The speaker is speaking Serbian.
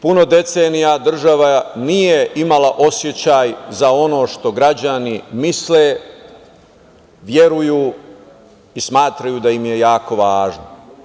Puno decenija država nije imala osećaj za ono što građani misle, veruju i smatraju da im je jako važno.